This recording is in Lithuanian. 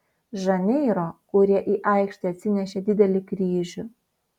žaneiro kurie į aikštę atsinešė didelį kryžių